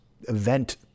event